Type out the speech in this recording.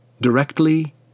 directly